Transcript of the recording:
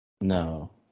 No